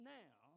now